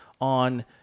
on